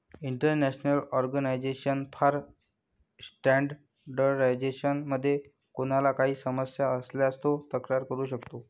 international Organization for Standardization मध्ये कोणाला काही समस्या असल्यास तो तक्रार करू शकतो